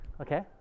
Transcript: Okay